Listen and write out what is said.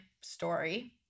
story –